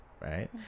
right